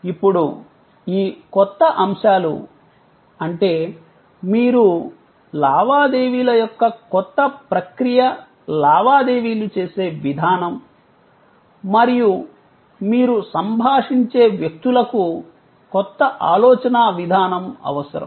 ఇప్పుడు ఈ కొత్త అంశాలు అంటే మీరు లావాదేవీల యొక్క క్రొత్త ప్రక్రియ లావాదేవీలు చేసే విధానం మరియు మీరు సంభాషించే వ్యక్తులకు కొత్త ఆలోచనా విధానం అవసరం